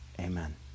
Amen